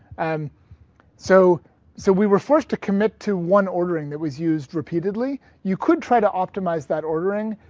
um so so we were forced to commit to one ordering that was used repeatedly. you could try to optimize that ordering.